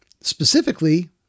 Specifically